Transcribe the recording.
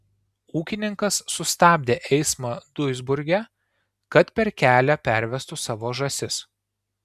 ūkininkas sustabdė eismą duisburge kad per kelia pervestų savo žąsis